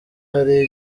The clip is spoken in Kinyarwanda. hari